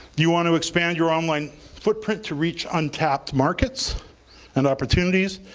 you want to expand your online footprint to reach untapped markets and opportunities?